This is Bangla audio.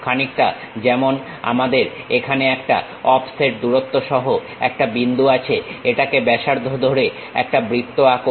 খানিকটা যেমন আমাদের এখানে একটা অফসেট দূরত্ব সহ একটা বিন্দু আছে এটাকে ব্যাসার্ধ ধরে একটা বৃত্ত আঁকো